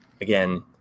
again